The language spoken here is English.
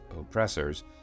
oppressors